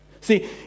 See